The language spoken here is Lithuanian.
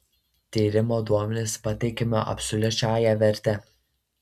tyrimo duomenys pateikiami absoliučiąja verte